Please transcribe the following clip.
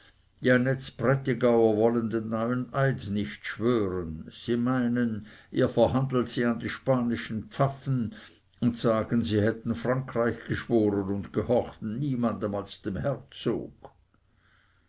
den neuen eid nicht schwören sie meinen ihr verhandelt sie an die spanischen pfaffen und sagen sie hätten frankreich geschworen und gehorchten niemandem als dem herzog